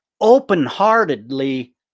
open-heartedly